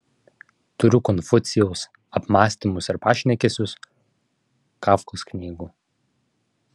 turiu konfucijaus apmąstymus ir pašnekesius kafkos knygų